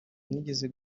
mwigeze